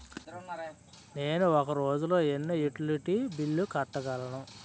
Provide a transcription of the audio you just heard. నేను ఒక రోజుల్లో ఎన్ని యుటిలిటీ బిల్లు కట్టగలను?